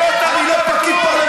אתה לא תרמת פה כלום.